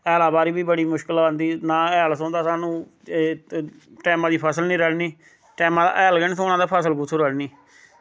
हैला बारी बी बड़ी मुश्कल आंदी ना हैल थ्होंदा स्हानू ते टैमा दी फसल नी रढ़नी टैमा दा हैल गै नी थ्होनां ते फसल कुत्थुं रढ़नी